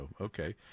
okay